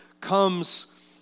comes